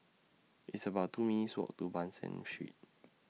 It's about two minutes' Walk to Ban San Street